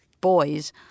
boys